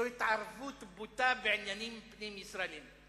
זאת התערבות בוטה בעניינים פנים-ישראליים.